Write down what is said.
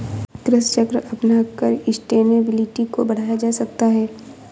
कृषि चक्र अपनाकर सस्टेनेबिलिटी को बढ़ाया जा सकता है